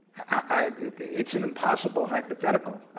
i it's an impossible hypothetical.